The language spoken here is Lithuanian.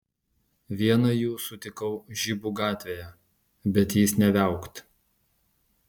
vieną jų sutikau žibų gatvėje bet jis nė viaukt